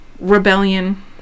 rebellion